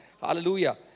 Hallelujah